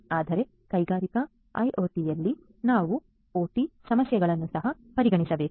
ಆದರೆ ಕೈಗಾರಿಕಾ ಐಒಟಿಯಲ್ಲಿ ನೀವು ಒಟಿ ಸಮಸ್ಯೆಗಳನ್ನು ಸಹ ಪರಿಗಣಿಸಬೇಕು